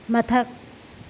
ꯃꯊꯛ